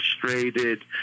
frustrated